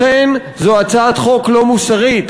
לכן זו הצעת חוק לא מוסרית,